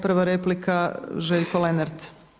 Prva replika Željko Lenart.